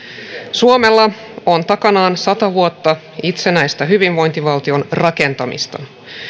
suomella on takanaan sata vuotta itsenäistä hyvinvointivaltion rakentamista